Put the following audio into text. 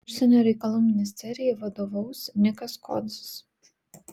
užsienio reikalų ministerijai vadovaus nikas kodzis